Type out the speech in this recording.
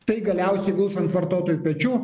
tai galiausiai guls ant vartotojų pečių